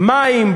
מים,